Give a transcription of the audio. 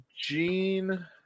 gene